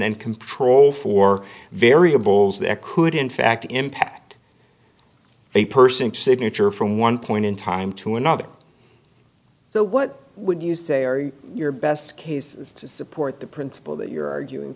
then computer all four variables that could in fact impact a person signature from one point in time to another so what would you say are your best case support the principle that you're arguing